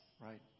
right